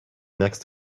next